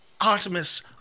Artemis